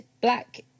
black